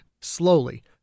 slowly